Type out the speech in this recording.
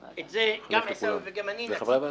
את זה גם עיסאווי וגם אני נציע,